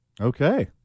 Okay